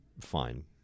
fine